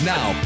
Now